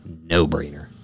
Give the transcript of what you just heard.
no-brainer